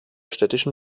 städtischen